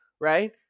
right